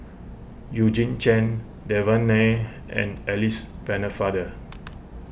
Eugene Chen Devan Nair and Alice Pennefather